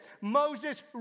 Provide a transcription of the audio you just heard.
Moses